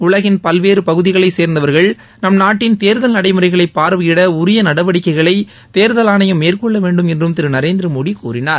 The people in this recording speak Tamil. உலகின் பல்வேறு பகுதிகளை சேர்ந்தவர்கள் நம் நாட்டின் தேர்தல் நடைமுறைகளை பார்வையிட உரிய நடவடிக்கைகளை தேர்தல் ஆணையம மேற்கொள்ள வேண்டும் என்றும் திரு நரேந்திர மோடி கூறினார்